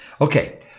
Okay